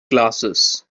glasses